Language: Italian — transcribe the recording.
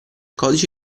codice